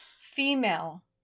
Female